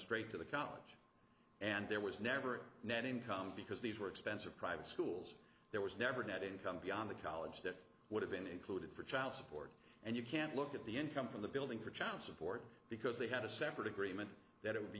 straight to the college and there was never a net income because these were expensive private schools there was never a net income beyond the college that would have been included for child support and you can't look at the income from the building for child support because they had a separate agreement that it would be